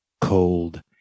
cold